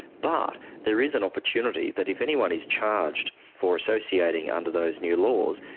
but there is an opportunity that if anyone is charged for associating under those new laws,